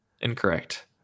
Incorrect